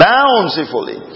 Bountifully